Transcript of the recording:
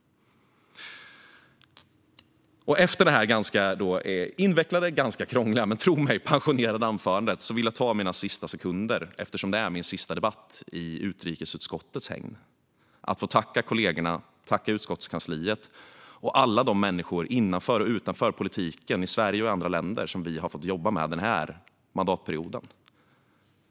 Efter detta ganska invecklade och krångliga men - tro mig! - passionerade anförande vill jag använda mina sista sekunder, eftersom det här är min sista debatt i utrikesutskottets hägn, till att tacka kollegorna, utskottskansliet och alla de människor inom och utanför politiken, i Sverige och andra länder, som vi har fått jobba med den här mandatperioden.